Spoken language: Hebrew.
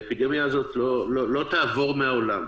האפידמיה הזאת לא תעבור מהעולם.